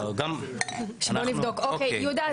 יהודה,